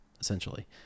essentially